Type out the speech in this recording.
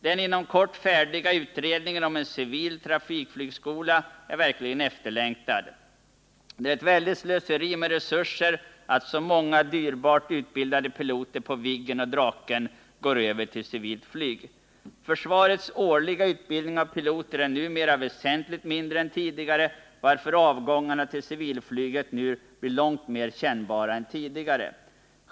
Den inom kort färdiga utredningen om en civil trafikflygskola är verkligen efterlängtad. Det är ett väldigt slöseri med resurser att så många dyrbart utbildade piloter på Viggen och Draken går över till civilt flyg. Försvarets årliga utbildning av piloter är numera väsentligt mindre än tidigare, varför avgångarna till civilflyget blir långt mer kännbara än tidigare.